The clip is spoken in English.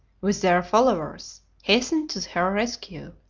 with their followers, hastened to her rescue.